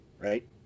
right